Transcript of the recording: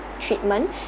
treatment